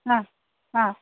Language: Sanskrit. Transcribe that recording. आ आ